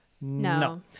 No